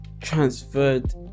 transferred